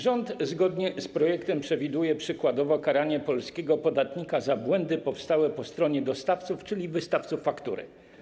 Rząd zgodnie z projektem przewiduje przykładowo karanie polskiego podatnika za błędy powstałe po stronie dostawców, czyli wystawców faktur.